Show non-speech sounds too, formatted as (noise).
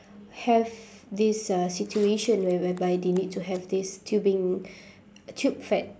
have this uh situation where~ whereby they need to have this tubing (breath) tube fed